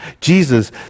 Jesus